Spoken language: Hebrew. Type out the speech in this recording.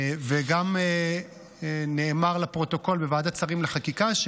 וגם נאמר לפרוטוקול בוועדת שרים לחקיקה,